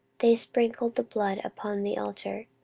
they sprinkled the blood upon the altar